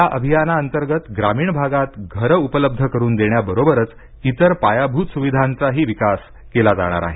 या अभियाना अंतर्गत ग्रामीण भागात घर उपलब्ध करून देण्याबरोबरच इतर पायाभूत सुविधांचाही विकास केला जाणार आहे